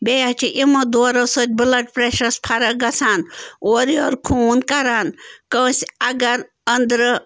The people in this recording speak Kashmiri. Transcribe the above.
بیٚیہِ حظ چھِ یِمَو دورَو سۭتۍ بُلَڑ پریشرَس فرق گژھان اورٕ یور خوٗن کران کانٛسہِ اگر أنٛدرٕ